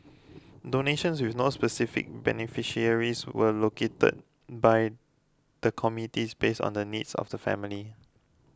donations with no specific beneficiaries were located by the committees base on the needs of the family